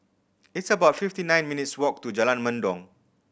it's about fifty nine minutes' walk to Jalan Mendong